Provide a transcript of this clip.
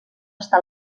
està